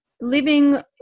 living